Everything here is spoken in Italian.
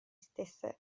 stessa